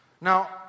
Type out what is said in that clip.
Now